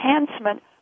enhancement